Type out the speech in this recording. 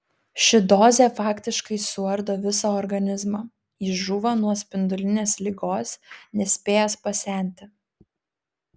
ši dozė faktiškai suardo visą organizmą jis žūva nuo spindulinės ligos nespėjęs pasenti